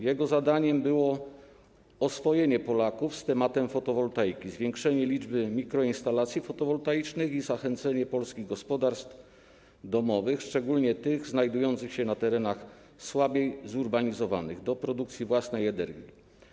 Jego celem było oswojenie Polaków z tematem fotowoltaiki, zwiększenie liczby mikroinstalacji fotowoltaicznych i zachęcenie polskich gospodarstw domowych - szczególnie tych znajdujących się na terenach słabiej zurbanizowanych - do produkcji własnej energii.